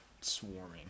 swarming